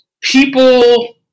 people